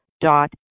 dot